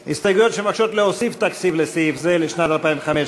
לשנת 2015. הסתייגויות שמבקשות להוסיף תקציב לסעיף זה לשנת 2015,